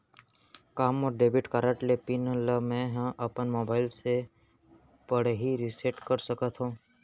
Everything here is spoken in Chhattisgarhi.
का मोर डेबिट कारड के पिन ल मैं ह अपन मोबाइल से पड़ही रिसेट कर सकत हो?